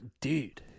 dude